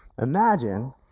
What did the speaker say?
imagine